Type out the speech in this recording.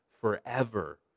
forever